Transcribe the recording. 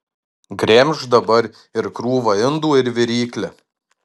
gremžk dabar ir krūvą indų ir viryklę